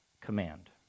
command